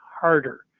harder